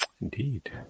Indeed